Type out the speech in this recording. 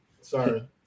Sorry